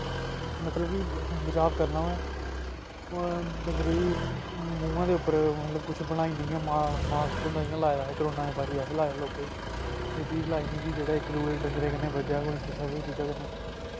मतलव कि बचाव करना होऐ डंगरे ई मूहां दे उप्पर किश मतलब बनाई ओड़ना इ'यां मास्क होंदा जि'यां लाए दा करोना दी बारी असें लाए लोकें एह् चीज लाई ओड़नी कि जेह्ड़े इक दुए डंगरे कन्ने बज्जै कोई कुसै बी चीजै कन्नै